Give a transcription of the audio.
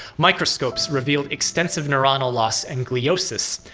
microscopes revealed extensive neuronal loss and gliosis,